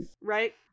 Right